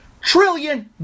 trillion